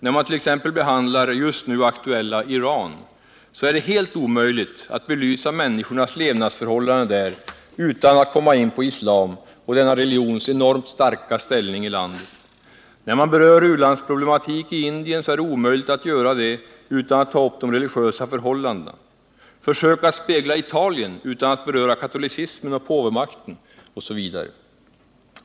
När man t.ex. behandlar just nu aktuella Iran, så är det helt omöjligt att belysa människornas levnadsförhållanden där utan att komma in på islam och denna religions enormt starka ställning i landet. När man berör u-landsproblematik i Indien så är det omöjligt att göra det utan att ta upp de religiösa förhållandena. Försök att spegla Italien utan att beröra katolicismen och påvemakten osv.!